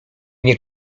nie